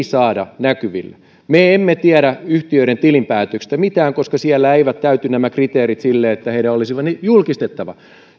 saada näkyville me emme tiedä yhtiöiden tilinpäätöksistä mitään koska siellä eivät täyty kriteerit silleen että heidän olisi ne julkistettava